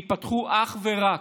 ייפתחו אך ורק,